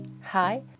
Hi